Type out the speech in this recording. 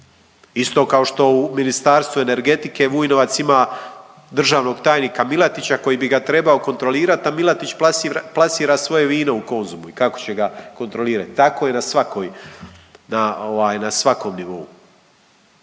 Isto kao što u ministarstvu energetike Vujnovac ima državnog tajnika Miletića koji bi ga trebao kontrolirati, a Milatić plasira svoje vino u Konzumu i kako će ga kontrolirati. Tako je na svakom nivou.